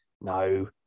No